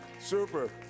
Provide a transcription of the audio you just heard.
super